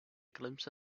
glimpse